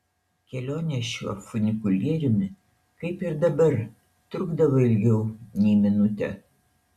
kelionė šiuo funikulieriumi kaip ir dabar trukdavo ilgiau nei minutę